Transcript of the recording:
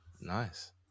nice